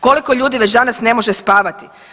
Koliko ljudi već danas ne može spavati?